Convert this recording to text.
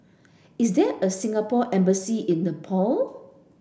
is there a Singapore embassy in Nepal